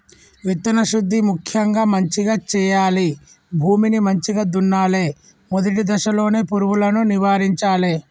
విత్తన శుద్ధి ముక్యంగా మంచిగ చేయాలి, భూమిని మంచిగ దున్నలే, మొదటి దశలోనే పురుగులను నివారించాలే